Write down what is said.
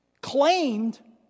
claimed